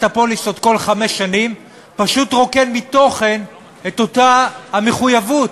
הפוליסות כל חמש שנים פשוט רוקן מתוכן את אותה המחויבות.